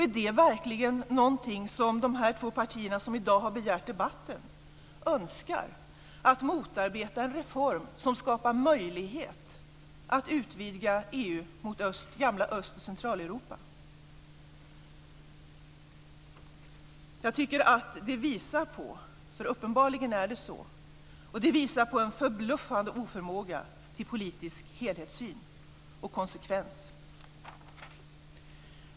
Är det verkligen någonting som de två partier som har begärt debatten i dag önskar, att motarbeta en reform som skapar möjlighet att utvidga EU mot gamla Öst och Centraleuropa? Uppenbarligen är det så, och det visar på en förbluffande oförmåga till politisk helhetssyn och konsekvens.